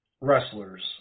wrestlers